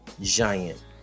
giant